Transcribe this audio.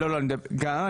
גם.